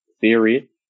theory